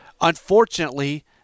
Unfortunately